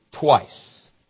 twice